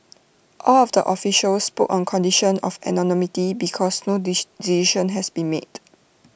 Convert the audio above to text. all of the officials spoke on condition of anonymity because no decision has been made